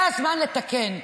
זה הזמן לתקן.